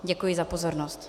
Děkuji za pozornost.